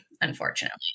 unfortunately